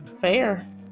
Fair